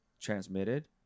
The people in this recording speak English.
transmitted